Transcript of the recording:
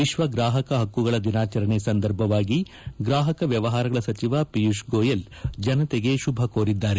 ವಿಶ್ವ ಗ್ರಾಹಕ ಹಕ್ಕುಗಳ ದಿನಾಚರಣೆ ಸಂದರ್ಭವಾಗಿ ಗ್ರಾಹಕ ವ್ಯವಹಾರಗಳ ಸಚಿವ ಪಿಯೂಷ್ ಗೋಯಲ್ ಜನತೆಗೆ ಶುಭ ಕೋರಿದ್ದಾರೆ